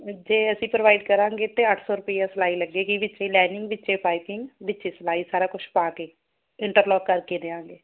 ਜੇ ਅਸੀਂ ਪ੍ਰੋਵਾਈਡ ਕਰਾਂਗੇ ਤੇ ਅੱਠ ਸੌ ਰੁਪਈਆ ਸਿਲਾਈ ਲੱਗੇਗੀ ਵਿੱਚੇ ਲਾਈਨਿੰਗ ਵਿੱਚੇ ਪਾਈਪਿੰਗ ਵਿੱਚੇ ਸਿਲਾਈ ਸਾਰਾ ਕੁਛ ਪਾ ਕੇ ਇੰਟਰਲੋਕ ਕਰਕੇ ਦੇਵਾਂਗੇ